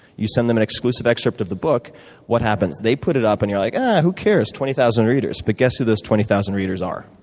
you send an and exclusive excerpt of the book what happens? they put it up and you're like who cares? twenty thousand readers. but guess who those twenty thousand readers are,